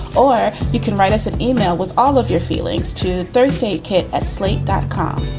or you can write us an email with all of your feelings, too. thursday here at slate dot com.